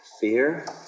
fear